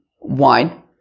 wine